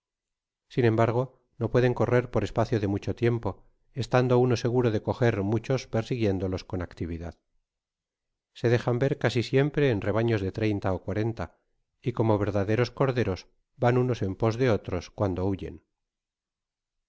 sin embargo no pueden correr por espacio de mucho tiempo estando uno seguro de coger muchos persiguiéndolos con actividad se dejan ver casi siempre en rebaños de treinta ó cuarenta y como verdaderos corderos van unos en pos de otros cuando huyen